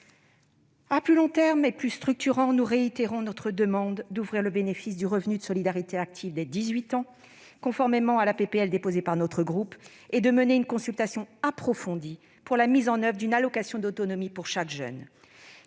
à plus long terme et de façon plus structurante, nous réitérons notre demande d'ouvrir le bénéfice du revenu de solidarité active (RSA) dès 18 ans, conformément à la proposition de loi déposée par notre groupe, et de mener une consultation approfondie pour la mise en oeuvre d'une allocation d'autonomie pour chaque jeune.